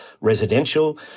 residential